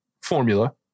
formula